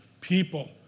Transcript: people